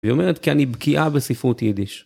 והיא אומרת כי אני בקיאה בספרות יידיש.